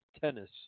tennis